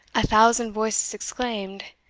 a thousand voices exclaimed,